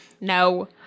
No